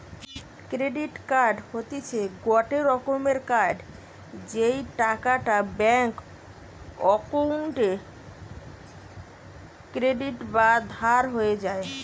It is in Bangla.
ক্রেডিট কার্ড হতিছে গটে রকমের কার্ড যেই টাকাটা ব্যাঙ্ক অক্কোউন্টে ক্রেডিট বা ধার হয়ে যায়